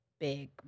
Big